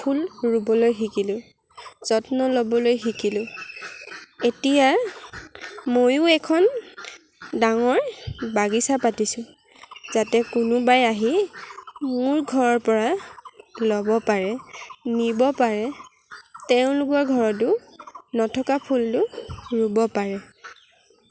ফুল ৰুবলৈ শিকিলোঁ যত্ন ল'বলৈ শিকিলোঁ এতিয়া ময়ো এখন ডাঙৰ বাগিচা পাতিছোঁ যাতে কোনোবাই আহি মোৰ ঘৰৰ পৰা ল'ব পাৰে নিব পাৰে তেওঁলোকৰ ঘৰতো নথকা ফুলটো ৰুব পাৰে